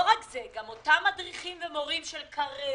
לא רק זה אותם מורים ומדריכים של קרב,